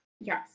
yes